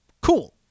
Cool